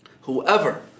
whoever